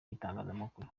y’itangazamakuru